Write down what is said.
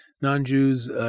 Non-Jews